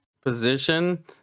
position